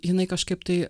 jinai kažkaip tai